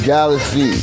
Galaxy